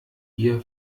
ihr